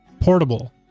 portable